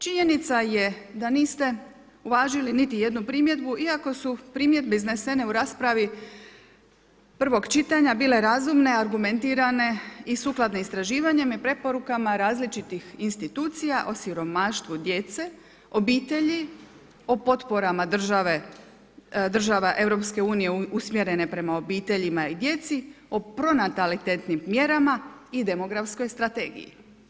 Činjenica je da niste uvažili niti jednu primjedbu, iako su primjedbe iznesene u raspravi prvog čitanja bile razumne, argumentirane i sukladne istraživanjem i preporuka različitih institucija o siromaštvu djece, obitelji, o potporama država Eu usmjerene prema obiteljima i djeci, o pronatalitetnim mjerama i demografskoj strategiji.